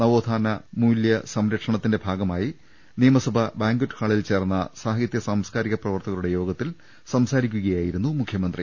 നവോത്ഥാനമൂല്യ സംരക്ഷണത്തിന്റെ ഭാഗ മായി നിയമസഭാ ബാങ്ക്വറ്റ് ഹാളിൽ ചേർന്ന സാഹിത്യ സാംസ്കാരിക പ്രവർത്തകരുടെ യോഗത്തിൽ സംസാരിക്കുകയായിരുന്നു മുഖ്യമന്ത്രി